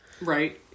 Right